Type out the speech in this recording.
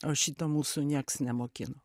o šito mūsų nieks nemokino